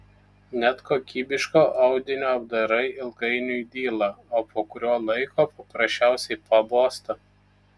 net kokybiško audinio apdarai ilgainiui dyla o po kurio laiko paprasčiausiai pabosta